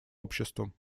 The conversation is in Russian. обществам